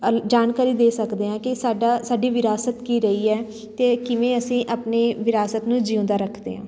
ਅਲ ਜਾਣਕਾਰੀ ਦੇ ਸਕਦੇ ਹਾਂ ਕਿ ਸਾਡਾ ਸਾਡੀ ਵਿਰਾਸਤ ਕੀ ਰਹੀ ਹੈ ਅਤੇ ਕਿਵੇਂ ਅਸੀਂ ਆਪਣੀ ਵਿਰਾਸਤ ਨੂੰ ਜਿਉਂਦਾ ਰੱਖਦੇ ਹਾਂ